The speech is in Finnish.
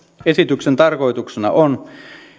esityksen tarkoituksena on